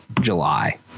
July